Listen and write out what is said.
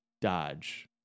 dodge